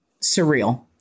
surreal